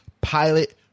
pilot